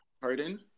Pardon